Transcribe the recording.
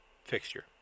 fixture